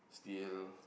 still